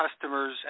customers